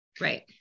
right